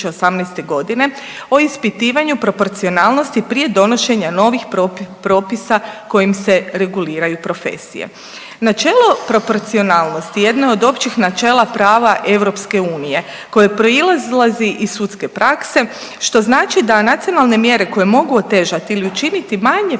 o ispitivanju proporcionalnosti prije donošenja novih propisa kojim se reguliraju profesije. Načelo proporcionalnosti jedno je od općih načela prava EU koje proizlazi iz sudske prakse što znači da nacionalne mjere koje mogu otežati ili učiniti manje privlačnim